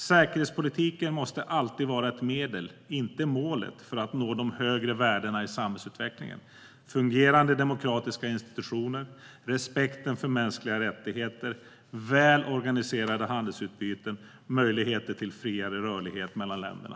Säkerhetspolitiken måste alltid vara ett medel, inte målet, för att nå de högre värdena i samhällsutvecklingen: fungerande demokratiska institutioner, respekt för mänskliga rättigheter, väl organiserade handelsutbyten och möjligheter till friare rörlighet mellan länderna.